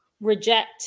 reject